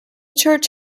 church